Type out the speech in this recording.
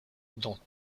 dans